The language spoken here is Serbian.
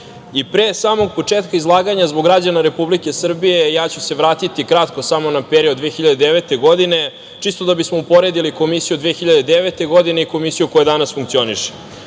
samo početka izlaganja zbog građana Republike Srbije, ja ću se vratiti kratko samo na period 2009. godine čisto da bismo uporedili Komisiju od 2009. godine i Komisiju koja danas funkcioniše. Podsetiću